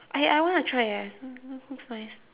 I I want to try eh looks nice